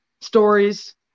stories